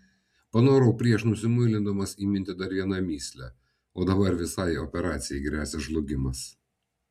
panorau prieš nusimuilindamas įminti dar vieną mįslę o dabar visai operacijai gresia žlugimas